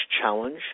challenge